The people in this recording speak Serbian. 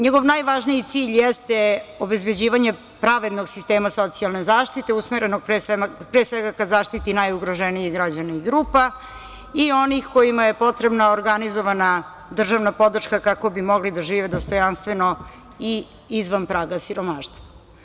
Njegov najvažniji cilj jeste obezbeđivanje pravednog sistema socijalne zaštite, usmerenog pre svega ka zaštiti najugroženijih građana i grupa i onih kojima je potrebna organizovana državna podrška kako bi mogli da žive dostojanstveno i izvan praga siromaštva.